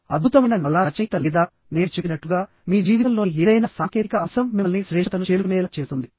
అద్భుతమైన నవలా రచయిత లేదా నేను చెప్పినట్లుగా మీ జీవితంలోని ఏదైనా సాంకేతిక అంశం మిమ్మల్ని శ్రేష్ఠతను చేరుకునేలా చేస్తుంది